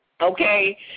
Okay